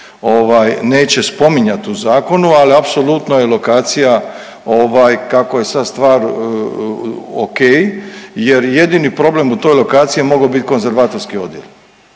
neće spominjati u zakonu. Ali apsolutno je lokacija kako je sad stvar o.k. jer jedini problem u toj lokaciji je mogao biti konzervatorski odjel.